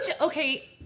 okay